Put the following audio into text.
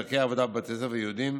דרכי עבודה בבתי ספר יהודיים,